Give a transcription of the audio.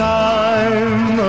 time